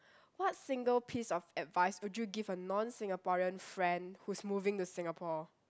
what single piece of advice would you give a non-Singaporean friend who's moving to Singapore